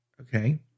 okay